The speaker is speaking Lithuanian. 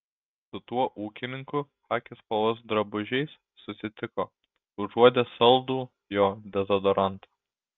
su tuo ūkininku chaki spalvos drabužiais susitiko užuodė saldų jo dezodorantą